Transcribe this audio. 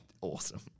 Awesome